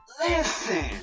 listen